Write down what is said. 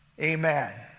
Amen